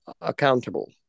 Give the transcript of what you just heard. accountable